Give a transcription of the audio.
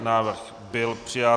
Návrh byl přijat.